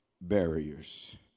barriers